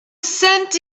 cent